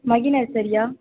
மகி நர்சரியா